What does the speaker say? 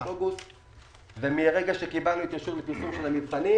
אוגוסט ומהרגע שקיבלנו את האישור למבחנים,